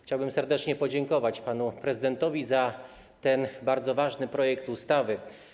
Chciałbym serdecznie podziękować panu prezydentowi za ten bardzo ważny projekt ustawy.